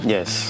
Yes